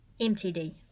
MTD